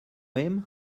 him